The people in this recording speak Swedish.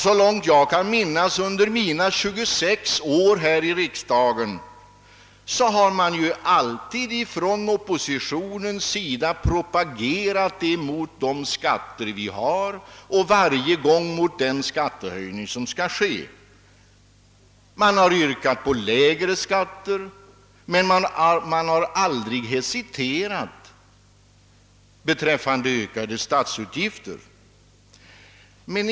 Så långt jag kan minnas från mina 26 år här i riksdagen har oppositionen propagerat mot de skatter vi haft och mot de skattehöjningar som föreslagits. Oppositionen har yrkat på lägre skatter men aldrig hesiterat när det gällt ökade statsutgifter.